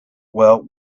well